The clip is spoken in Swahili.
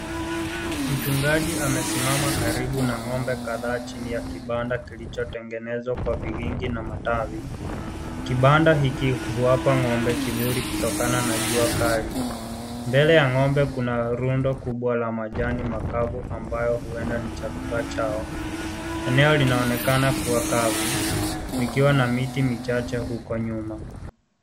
Mchungaji amesimama karibu na ng'ombe kadhaa chini ya kibanda kilichotengenezwa kwa vikingi na matawi . Kibanda hiki huwapa ng'ombe kivuli kutokana na jua kali . Mbele ya ng'ombe kuna rundo kubwa la majani makavu ambayo huenda ni chakula chao . Eneo linaonekana kuwa kavu likiwa na miti michache huko nyuma.